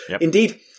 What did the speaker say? Indeed